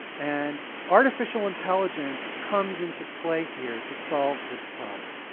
and artificial intelligence comes into play here to solve this problem.